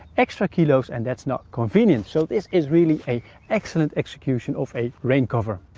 extra kilos and that's not convenient, so this is really a excellent execution of a rain cover.